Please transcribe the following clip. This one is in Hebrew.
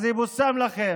שיבושם לכם.